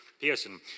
Pearson